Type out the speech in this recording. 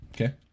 Okay